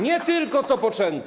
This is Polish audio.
Nie tylko to poczęte.